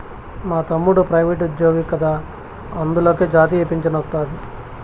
మా తమ్ముడు ప్రైవేటుజ్జోగి కదా అందులకే జాతీయ పింఛనొస్తాది